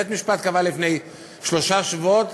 בית-המשפט קבע לפני שלושה שבועות